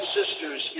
sisters